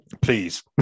please